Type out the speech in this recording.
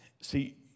See